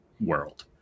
world